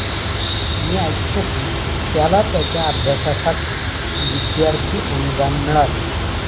मी ऐकतो की त्याला त्याच्या अभ्यासासाठी विद्यार्थी अनुदान मिळाले